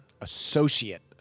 Associate